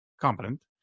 competent